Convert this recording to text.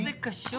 הצבעה אושרה.